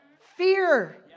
fear